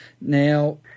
Now